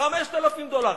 5,000 דולר,